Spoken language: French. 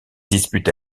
dispute